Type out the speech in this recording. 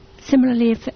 similarly